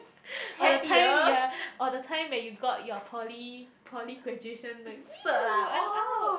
or the time ya or the time that you got your poly poly graduation like !whew! I'm out